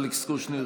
אלכס קושניר,